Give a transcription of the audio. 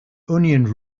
onion